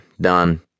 done